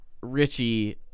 Richie